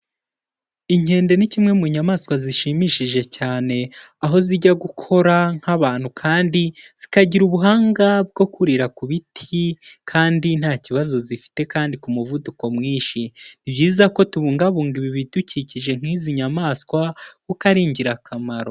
Inkende ni kimwe mu nyamaswa zishimishije cyane aho zijya gukora nk'abantu kandi zikagira ubuhanga bwo kurira ku biti kandi nta kibazo zifite kandi ku muvuduko mwinshi, ni byiza ko tubungabunga ibi bidukikije nk'izi nyamaswa kuko ari ingirakamaro.